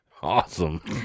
awesome